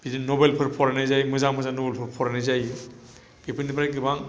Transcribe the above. बिदिनो नभेलफोर फरायनाय जायो मोजां मोजां नभैलफोर फरायनाय जायो बेफोरनिफ्राय गोबां